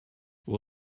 will